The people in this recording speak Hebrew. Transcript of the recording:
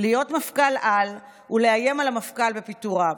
להיות מפכ"ל-על ולאיים על המפכ"ל בפיטוריו,